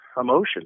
emotion